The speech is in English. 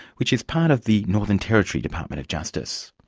which is part of the northern territory department of justice.